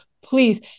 please